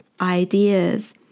ideas